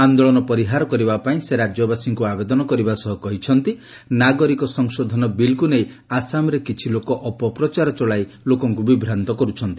ଆନ୍ଦୋଳନ ପରିହାର କରିବା ପାଇଁ ରାଜ୍ୟବାସୀଙ୍କୁ ଆବେଦନ କରିବା ସହ ସେ କହିଛନ୍ତି ଯେ ନାଗରିକ ସଂଶୋଧନ ବିଲ୍କୁ ନେଇ ଆସାମରେ କିଛି ଲୋକ ଅପପ୍ରଚାର ଚଳାଇ ଲୋକଙ୍କୁ ବିଭ୍ରାନ୍ତ କରୁଛନ୍ତି